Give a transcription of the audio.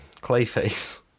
Clayface